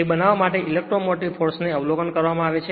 તે બનાવવા માટે ઇલેક્ટ્રોમોટિવ ફોર્સ ને અવલોકન કરવામાં આવે છે